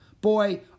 Boy